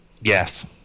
Yes